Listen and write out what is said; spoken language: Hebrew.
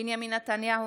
בנימין נתניהו,